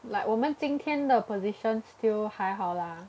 like 我们今天的 position still 还好啦